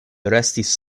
restis